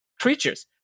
creatures